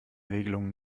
regelungen